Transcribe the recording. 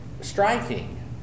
striking